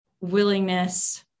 willingness